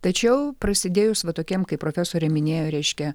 tačiau prasidėjus va tokiem kaip profesorė minėjo reiškia